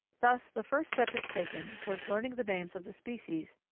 thus the first step is taken toward learning the names of the species,